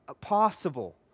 possible